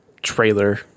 Trailer